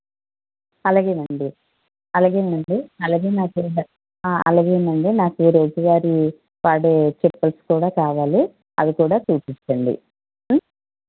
అలాగేనండి అలాగేనండి అలాగే నా అలాగేనండి నాకు రోజువారి వాడే చప్పల్స్ కూడా కావాలి అవి కూడా చూపించండి